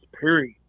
Period